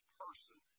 person